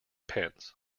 pence